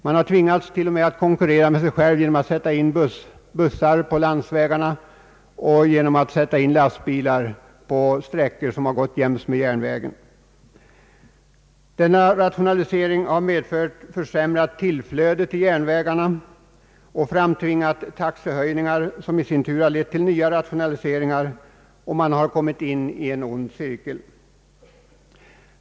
Man har till och med tvingats att konkurrera med sig själv genom att sätta in bussar på landsvägarna och genom att sätta in lastbilar på sträckor som har gått längs järnvägen. Denna rationalisering har medfört försämrat tillflöde av gods och resande till järnvägarna och har framtvingat taxehöjningar som i sin tur lett till nya rationaliseringar, och man har på det viset kommit in i en ond cirkel.